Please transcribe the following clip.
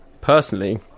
personally